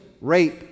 rape